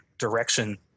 direction